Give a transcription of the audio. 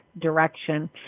direction